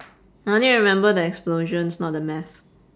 I only remember the explosions not the math